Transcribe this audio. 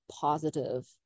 positive